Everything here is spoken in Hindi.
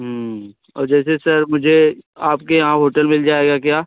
और जैसे सर मुझे आपके यहाँ होटल मिल जाएगा क्या